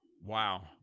Wow